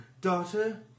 Daughter